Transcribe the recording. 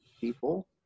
people